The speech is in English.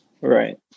Right